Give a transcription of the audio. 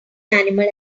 animal